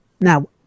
Now